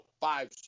five